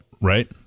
Right